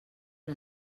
una